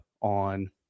on